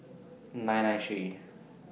nine nine three